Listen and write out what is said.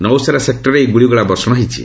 ନୌଶେରା ସେକ୍ଟରରେ ଏହି ଗୁଳିଗୋଳା ବର୍ଷଣ ହୋଇଛି